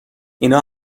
اینا